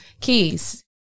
Keys